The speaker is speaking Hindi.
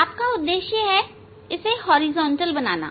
आपका उद्देश्य है इसे हॉरिजॉन्टल बनाना